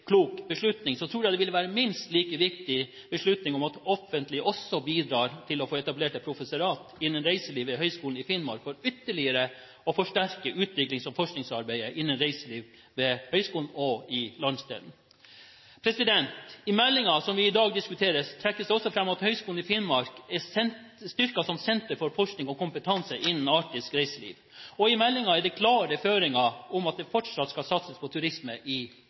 klok beslutning, tror jeg det vil være en minst like viktig beslutning at det offentlige også bidrar til å få etablert et professorat innen reiseliv ved Høgskolen i Finnmark for ytterligere å forsterke utviklings- og forskningsarbeidet innen reiseliv ved høyskolen og i landsdelen. I meldingen som vi i dag diskuterer, trekkes det også fram at Høgskolen i Finnmark er styrket som senter for forskning og kompetanse innen arktisk reiseliv. I meldingen er det klare føringer om at det fortsatt skal satses på turisme på Svalbard. I